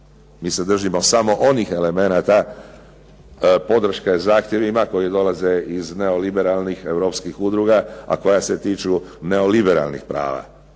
Mi se držimo samo onih elemenata podrške zahtjevima koji dolaze iz neoliberalnih europskih udruga a koja se tiču neoliberalnih prava